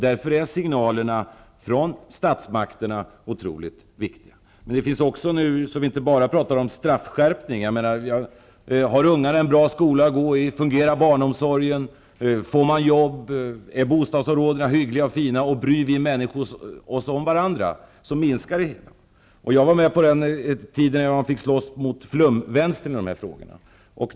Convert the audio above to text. Därför är signalerna från statsmakterna otroligt viktiga. en man skall inte bara prata om straffskärpning. Har ungarna en bra skola att gå i, fungerar barnomsorgen, får man jobb, är bostadsområdena hyggliga och fina och bryr vi människor oss om varandra så minskar problemen. Jag var med på den tiden då man fick slåss mot flumvänstern i de här frågorna.